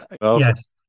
Yes